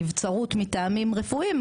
נבצרות מטעמים רפואיים,